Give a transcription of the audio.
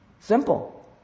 Simple